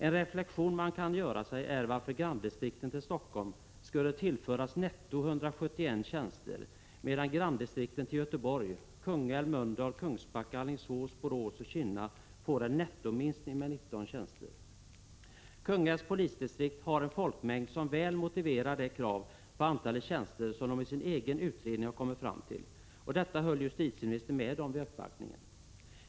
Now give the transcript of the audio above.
En reflexion man kan göra är att Stockholms granndistrikt skulle tillföras netto 171 tjänster, medan Göteborgs granndistrikt — Kungälv, Mölndal, Kungsbacka, Alingsås, Borås och Kinna — skulle få en nettominskning med 19 tjänster. Kungälvs polisdistrikt har en folkmängd som väl motiverar det krav på tjänster som distriktet i sin egen utredning har kommit fram till. Detta höll justitieministern med om vid uppvaktningen.